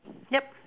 yup